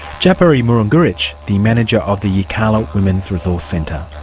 djapirri mununggirritj, the manager of the yirrkala women's resource centre.